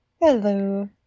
Hello